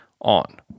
on